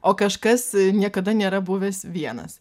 o kažkas niekada nėra buvęs vienas